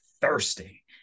thirsty